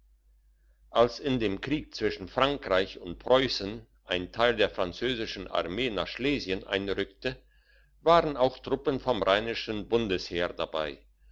als in dem krieg zwischen frankreich und preussen ein teil der französischen armee nach schlesien einrückte waren auch truppen vom rheinischen bundesheer dabei